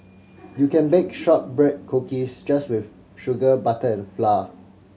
you can bake shortbread cookies just with sugar butter and flour